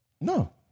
No